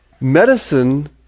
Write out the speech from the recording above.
medicine